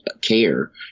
care